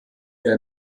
der